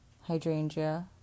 Hydrangea